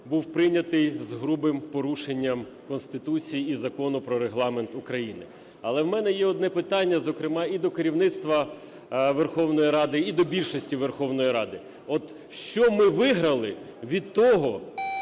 був прийнятий з грубим порушенням Конституції і Закону про Регламент України. Але в мене є одне питання, зокрема, і до керівництва Верховної Ради, і до більшості Верховної Ради. От що ми виграли від того,